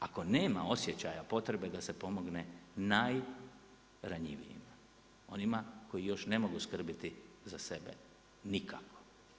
Ako nema osjećaja potrebe da se pomogne najranjivija, onima koji još ne mogu skrbiti za sebe, nikako.